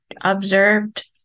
observed